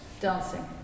Dancing